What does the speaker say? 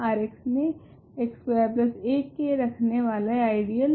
Rx मे x square 1 के रखने वाला आइडियल